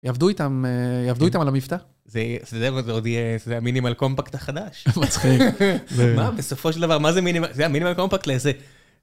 יעבדו איתם, יעבדו איתם על המבטא. - זה יהיה, זה עוד יהיה, זה המינימל קומפקט החדש. - מצחיק. - מה, בסופו של דבר, מה זה מינימל, זה המינימל קומפקט, לזה.